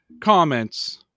comments